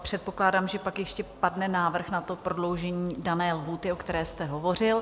Předpokládám, že pak ještě padne návrh na prodloužení dané lhůty, o které jste hovořil.